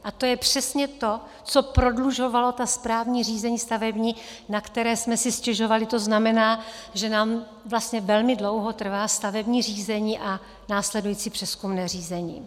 A to je přesně to, co prodlužovalo ta správní řízení stavební, na která jsme si stěžovali, to znamená, že nám vlastně velmi dlouho trvá stavební řízení a následující přezkumné řízení.